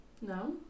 No